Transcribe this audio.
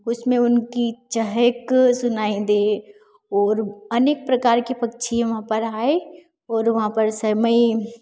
उसमें उनकी चहक सुनाई दे और अनेक प्रकार के पक्षियों वहाँ पर आए और वहाँ पर समय